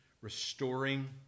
Restoring